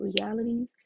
realities